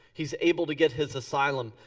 he's able to get his asylum.